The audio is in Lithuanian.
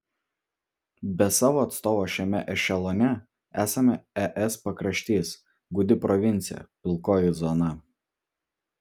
be savo atstovo šiame ešelone esame es pakraštys gūdi provincija pilkoji zona